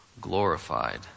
glorified